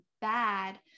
bad